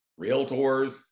realtors